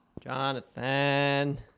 Jonathan